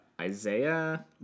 Isaiah